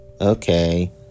Okay